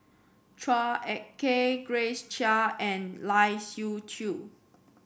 Chua Ek Kay Grace Chia and Lai Siu Chiu